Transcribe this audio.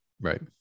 Right